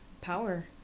power